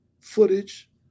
footage